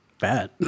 bad